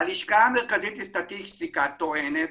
הלשכה המרכזית לסטטיסטיקה טוענת